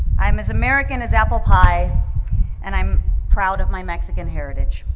i'm as american as apple pie and i'm proud of my mexican heritage.